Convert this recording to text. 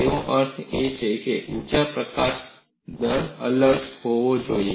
તેનો અર્થ એ કે ઊર્જા પ્રકાશન દર અલગ હોવો જોઈએ